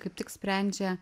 kaip tik sprendžia